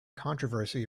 controversy